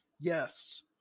yes